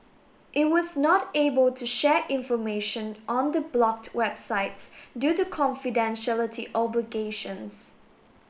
it was not able to share information on the blocked websites due to confidentiality obligations